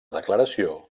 declaració